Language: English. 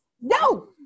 No